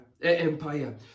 Empire